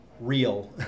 real